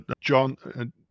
John